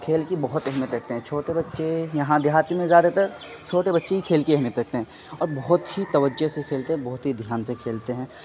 کھیل کی بہت اہمیت رکھتے ہیں چھوٹے بچے یہاں دیہاتی میں زیادہ تر چھوٹے بچے ہی کھیل کی اہمیت رکھتے ہیں اور بہت ہی توجہ سے کھیلتے ہیں بہت ہی دھیان سے کھیلتے ہیں